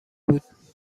بود